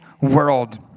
world